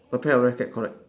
a pair of racket correct